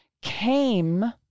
came